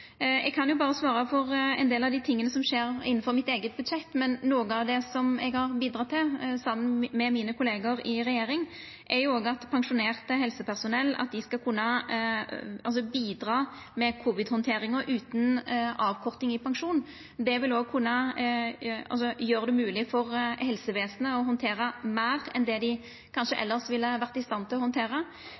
Eg kan berre svara for ein del av dei tinga som skjer innanfor mitt eige budsjett, men noko av det som eg har bidrege til, saman med kollegaene mine i regjeringa, er at pensjonert helsepersonell skal kunna bidra med covid-handteringa utan avkorting i pensjonen. Det vil kunna gjera det mogleg for helsevesenet å handtera meir enn det dei kanskje elles ville ha vore i stand til å handtera.